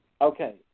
Okay